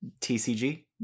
TCG